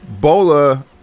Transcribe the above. Bola